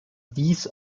dies